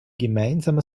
gemeinsamer